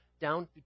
down